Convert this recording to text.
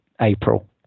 April